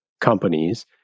companies